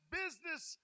business